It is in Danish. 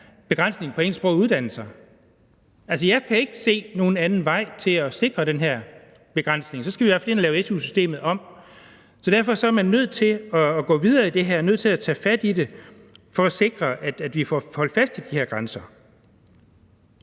begrænsningen på engelsksprogede uddannelser. Altså, jeg kan ikke se nogen anden vej til at sikre den her begrænsning. Så skal vi i hvert fald ind at lave su-systemet om. Så derfor er man nødt til at gå videre i det her og tage fat i det for at sikre, at vi får holdt fast i de her grænser.